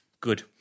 good